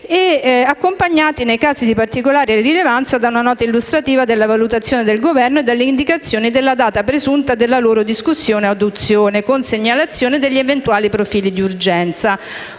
- accompagnati, nei casi di particolare rilevanza, da una nota illustrativa della valutazione del Governo e dall'indicazione della data presunta per la loro discussione o adozione, con segnalazione degli eventuali profili di urgenza